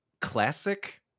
Classic